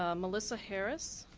ah melissa harris